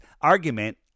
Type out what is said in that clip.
argument